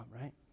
right